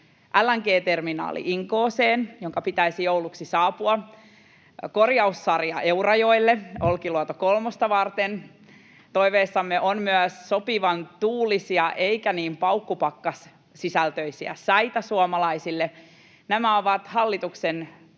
LNG-terminaali Inkooseen, jonka pitäisi jouluksi saapua, korjaussarja Eurajoelle Olkiluoto kolmosta varten. Toiveissamme on myös sopivan tuulisia eikä niin paukkupakkassisältöisiä säitä suomalaisille. Nämä ovat hallituksen